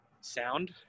Sound